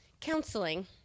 counseling